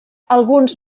alguns